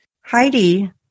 Heidi –